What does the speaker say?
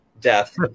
Death